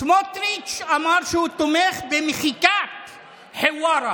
סמוטריץ' אמר שהוא תומך במחיקת חווארה.